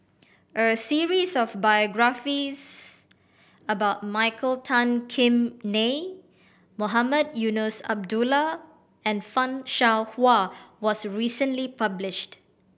a series of biographies about Michael Tan Kim Nei Mohamed Eunos Abdullah and Fan Shao Hua was recently published